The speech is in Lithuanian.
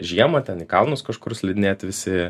žiemą ten į kalnus kažkur slidinėti visi